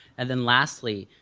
and then lastly,